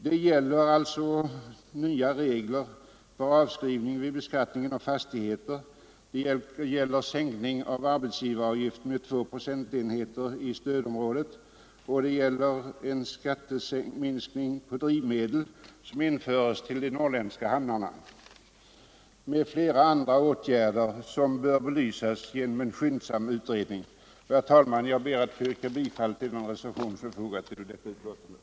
Det gäller nya regler för avskrivning vid beskattningen av fastigheter, det gäller sänkning av arbetsgivaravgiften med 2 procentenheter i stödområdet och det gäller en minskning av skatten på drivmedel som införts till de norrländska hamnarna och flera andra åtgärder, som bör belysas genom en skyndsam utredning. Herr talman! Jag ber att få yrka bifall till den reservation som är fogad till utskottsbetänkandet.